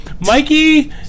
Mikey